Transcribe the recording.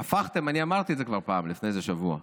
והפכתם, אני אמרתי את זה כבר פעם, לפני איזה שבוע,